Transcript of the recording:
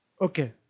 Okay